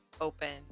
open